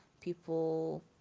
people